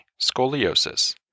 scoliosis